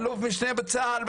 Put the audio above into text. אלוף משנה בצה"ל,